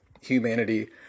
humanity